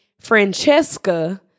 Francesca